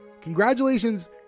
congratulations